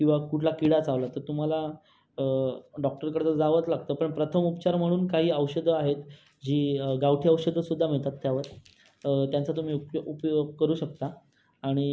किंवा कुठला किडा चावला तर तुम्हाला डॉक्टरकडे तर जावंच लागतं पण प्रथमोपचार म्हणून काही औषधं आहेत जी गावठी औषधंसुद्धा मिळतात त्यावर त्यांचा तुम्ही उपयो उपयोग करू शकता आणि